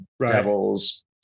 devils